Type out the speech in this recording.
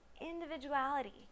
Individuality